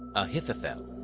ahitophel,